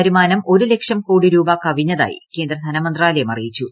വരുമാനം ഒരു ലക്ഷം കോടി രൂപ കവിഞ്ഞതായി കേന്ദ്ര ധനമന്ത്രാലയം അറിയിച്ചു